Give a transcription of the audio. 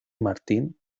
martín